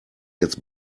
jetzt